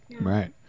Right